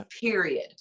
Period